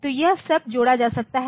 तो यह सब जोड़ा जा सकता है